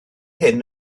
hyn